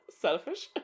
selfish